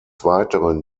weiteren